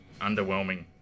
underwhelming